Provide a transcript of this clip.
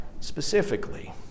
specifically